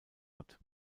hat